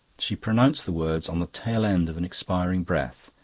she pronounced the words on the tail-end of an expiring breath,